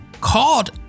called